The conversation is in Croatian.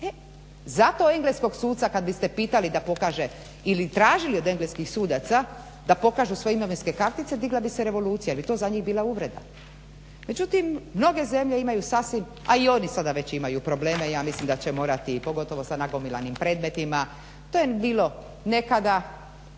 E zato engleskog suca kad biste pitali da pokaže ili tražili od engleskih sudaca da pokažu svoje imovinske kartice digla bi se revolucija jer bi to za njih bila uvreda. Međutim mnoge zemlje imaju sasvim, a i oni sada već imaju probleme, ja mislim da će morati pogotovo sa nagomilanim predmetima. To je bilo nekada